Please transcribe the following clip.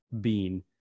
bean